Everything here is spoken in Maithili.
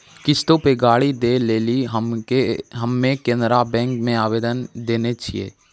किश्तो पे गाड़ी दै लेली हम्मे केनरा बैंको मे आवेदन देने छिये